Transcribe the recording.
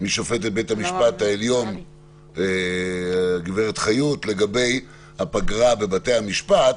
משופטת בית-המשפט העליון הגברת חיות לגבי הפגרה בבתי המשפט.